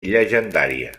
llegendària